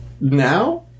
Now